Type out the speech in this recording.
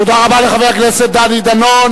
תודה רבה לחבר הכנסת דני דנון.